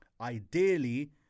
ideally